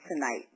tonight